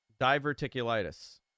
Diverticulitis